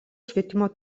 švietimo